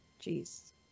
jeez